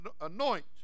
anoint